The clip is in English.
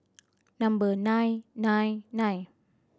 number nine nine nine